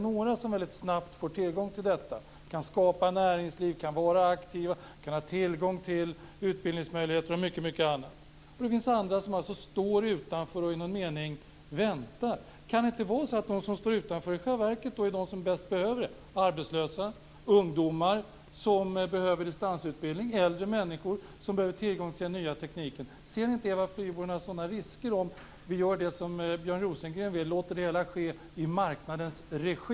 Några får väldigt snabbt tillgång till detta och kan skapa näringsliv, vara aktiva, ha utbildningsmöjligheter och mycket annat. Andra står utanför och väntar i någon mening. Kan det inte vara så att de som står utanför i själva verket är de som bäst behöver detta? Arbetslösa, ungdomar som behöver distansutbildning, äldre människor som behöver tillgång till den nya tekniken. Ser inte Eva Flyborg några sådana risker om vi gör det som Björn Rosengren vill, låter det hela ske i marknadens regi?